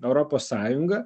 europos sąjunga